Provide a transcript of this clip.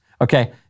Okay